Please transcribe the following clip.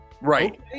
Right